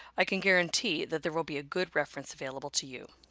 i can guarantee that there will be a good reference available to you.